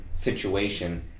situation